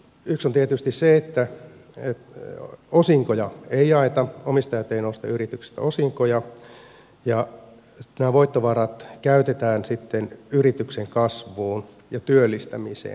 yksi on tietysti se että osinkoja ei jaeta omistajat eivät nosta yrityksistä osinkoja ja nämä voittovarat käytetään yrityksen kasvuun ja työllistämiseen